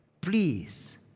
Please